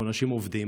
אנחנו אנשים עובדים,